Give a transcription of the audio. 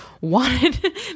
wanted